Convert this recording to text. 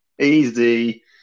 easy